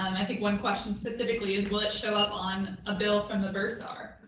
i think one question specifically is will it show up on a bill from the bursar?